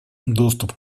доступ